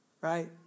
right